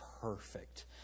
perfect